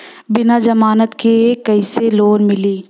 बिना जमानत क कइसे लोन मिली?